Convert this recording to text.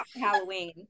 Halloween